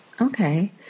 Okay